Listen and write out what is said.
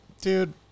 Dude